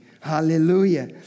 Hallelujah